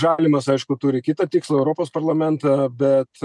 žalimas aišku turi kitą tikslą europos parlamentą bet